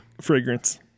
fragrance